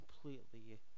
completely